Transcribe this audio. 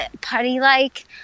putty-like